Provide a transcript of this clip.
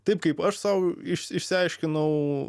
taip kaip aš sau išsi išsiaiškinau